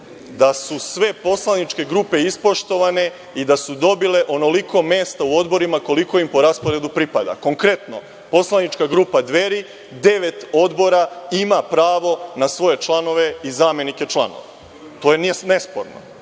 da su sve poslaničke grupe ispoštovane i da su dobile onoliko mesta u odborima koliko im po rasporedu pripada. Konkretno, poslanička grupa Dveri u devet odbora ima pravo na svoje članove i zamenike članova. To nije nesporno.